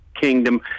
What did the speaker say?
kingdom